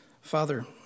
Father